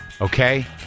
okay